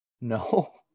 no